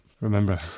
remember